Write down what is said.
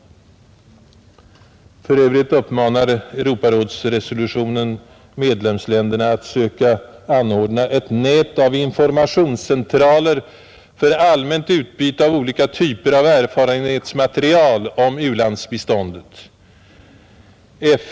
För övrigt uppmanar Europarådsresolutionen medlemsländerna att söka anordna ett nät av informationscentraler för allmänt utbyte av olika typer av erfarenhetsmaterial om u-landsbiståndet.